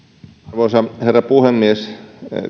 arvoisa herra puhemies